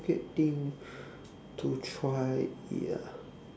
weird thing to try it ya